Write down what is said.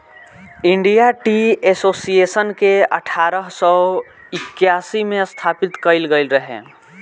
India tea association के अठारह सौ इक्यासी में स्थापित कईल गईल रहे